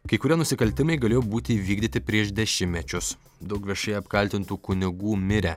kai kurie nusikaltimai galėjo būti įvykdyti prieš dešimtmečius daug viešai apkaltintų kunigų mirę